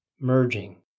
merging